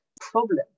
problem